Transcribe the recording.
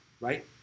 Right